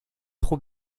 trop